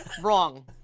Wrong